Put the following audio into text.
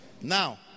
Now